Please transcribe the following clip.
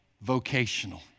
vocational